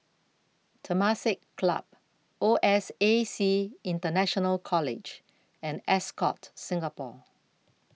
Temasek Club O S A C International College and Ascott Singapore